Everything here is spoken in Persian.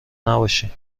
نباشین